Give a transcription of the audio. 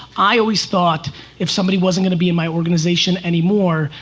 i always thought if somebody wasn't gonna be in my organization anymore,